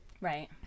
Right